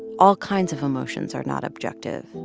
all kinds of emotions are not objective,